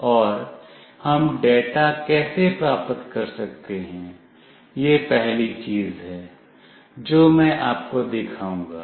और हम डेटा कैसे प्राप्त कर सकते हैं यह पहली चीज़ है जो मैं आपको दिखाऊंगा